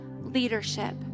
leadership